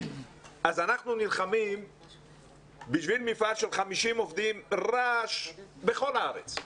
אז אנחנו נלחמים בשביל מפעל של 50 עובדים רעש בכל הארץ,